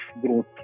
growth